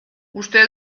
uste